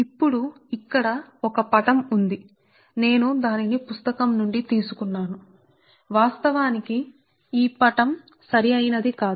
ఇప్పుడు ఇక్కడ ఒక పటం ఉంది వాస్తవానికి నేను పుస్తకం నుండి తీసుకున్న ఈ పటం ను జాగ్రత్తగా తనిఖీ చేస్తాను కాని ఈ పటం వాస్తవానికి సరియైనది కాదు